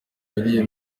imirire